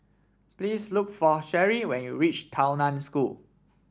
please look for Sherri when you reach Tao Nan School